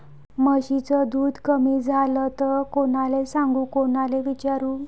म्हशीचं दूध कमी झालं त कोनाले सांगू कोनाले विचारू?